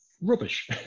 rubbish